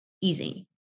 easy